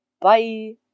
Bye